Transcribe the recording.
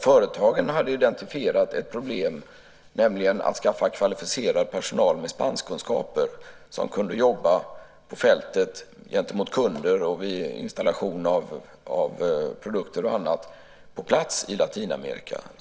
Företagen hade identifierat ett problem, nämligen att skaffa kvalificerad personal med kunskaper i spanska som kunde jobba på fältet gentemot kunder, vid installation av produkter och så vidare på plats i Latinamerika.